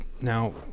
now